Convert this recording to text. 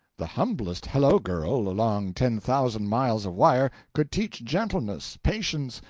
the humblest hello-girl along ten thousand miles of wire could teach gentleness, patience,